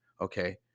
Okay